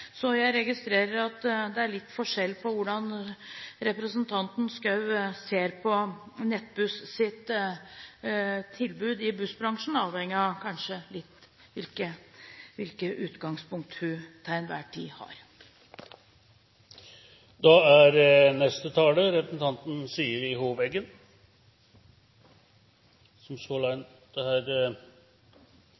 Så jeg registrerer at det er litt forskjell på hvordan representanten Schou ser på Nettbuss’ tilbud i bussbransjen, kanskje litt avhengig av hvilket utgangspunkt hun til enhver tid har. Gjennom et oppslag i NTB 20. februar er representanten Ingjerd Schou glad for at det går så